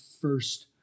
first